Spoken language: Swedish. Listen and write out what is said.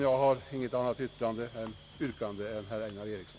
Jag har inget annat yrkande än det som framställts av herr Einar Eriksson.